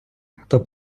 хто